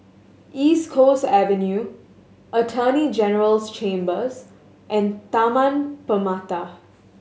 East Coast Avenue Attorney General's Chambers and Taman Permata